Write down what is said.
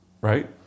right